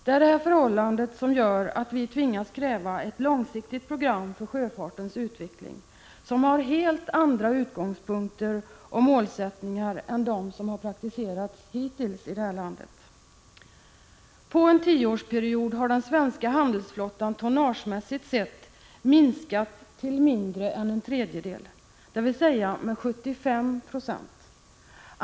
Det är det förhållandet som gör att vi tvingas kräva ett långsiktigt program för sjöfartens utveckling med helt andra utgångspunkter och målsättningar än de som hittills har präglat sjöfartspolitiken här i landet. Under en tioårsperiod har den svenska handelsflottan tonnagemässigt sett minskat till mindre än en tredjedel, dvs. med 75 96.